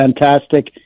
fantastic